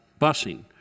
busing